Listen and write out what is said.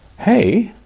hey,